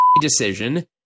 decision